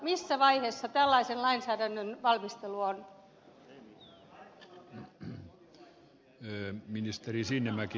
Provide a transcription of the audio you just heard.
missä vaiheessa tällaisen lainsäädännön valmistelu on